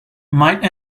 mike